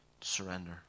surrender